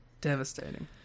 Devastating